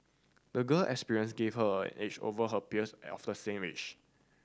the girl experience gave her an edge over her peers of the same age